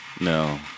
no